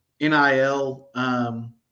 NIL –